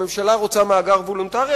הממשלה רוצה מאגר וולונטרי?